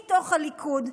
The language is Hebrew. מתוך הליכוד,